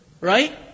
Right